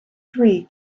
three